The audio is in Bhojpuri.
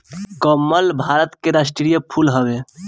कमल भारत के राष्ट्रीय फूल हवे